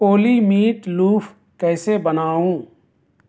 اولی meatloaf کیسے بناؤں